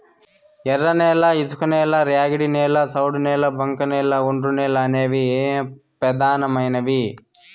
ఎర్రనేల, ఇసుకనేల, ర్యాగిడి నేల, సౌడు నేల, బంకకనేల, ఒండ్రునేల అనేవి పెదానమైనవి